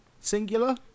Singular